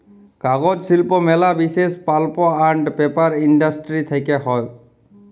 কাগজ শিল্প ম্যালা বিসেস পাল্প আন্ড পেপার ইন্ডাস্ট্রি থেক্যে হউ